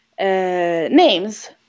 names